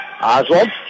Oswald